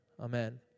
Amen